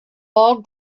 all